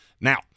Now